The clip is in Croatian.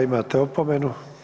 Imate opomenu.